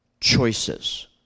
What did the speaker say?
choices